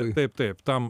taip taip tam